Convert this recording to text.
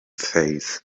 faith